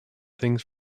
things